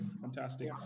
fantastic